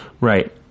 Right